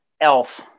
elf